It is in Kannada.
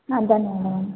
ಹಾಂ ಧನ್ಯವಾದಗಳು